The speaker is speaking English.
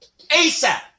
ASAP